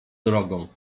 drogą